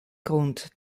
grund